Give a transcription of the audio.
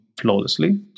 flawlessly